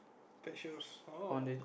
pet shoes oh